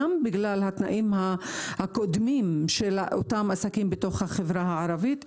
גם בגלל התנאים הקודמים של אותם עסקים בחברה הערבית.